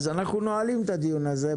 אנחנו נועלים את הדיון הזה.